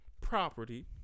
property